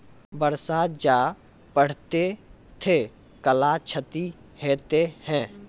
बरसा जा पढ़ते थे कला क्षति हेतै है?